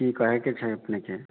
की कहैके छै अपनेके